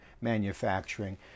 manufacturing